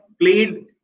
played